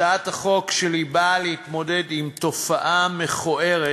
הצעת החוק שלי באה להתמודד עם תופעה מכוערת